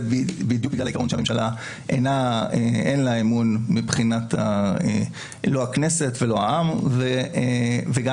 זה בדיוק בגלל העיקרון שלממשלה אין אמון מבחינת לא הכנסת ולא העם וגם